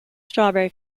strawberry